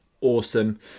awesome